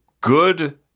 good